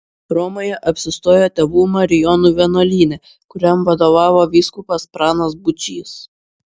romoje apsistojo tėvų marijonų vienuolyne kuriam vadovavo vyskupas pranas būčys